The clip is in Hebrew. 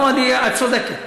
את צודקת.